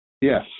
Yes